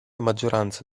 maggioranza